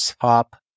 top